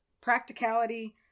practicality